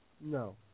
No